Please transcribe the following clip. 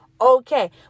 okay